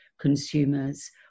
consumers